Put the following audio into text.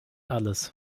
alles